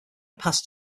passed